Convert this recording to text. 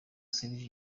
serge